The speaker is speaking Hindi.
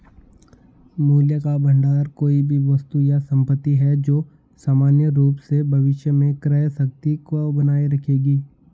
मूल्य का भंडार कोई भी वस्तु या संपत्ति है जो सामान्य रूप से भविष्य में क्रय शक्ति को बनाए रखेगी